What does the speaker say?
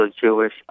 Jewish